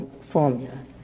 formula